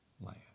land